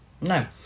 No